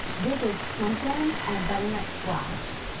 this is pumpkin and butternut squash.